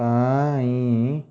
ପାଇଁଁ